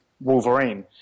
Wolverine